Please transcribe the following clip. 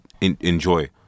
enjoy